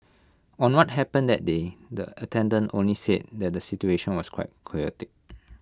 on what happened that day the attendant only said that the situation was quite chaotic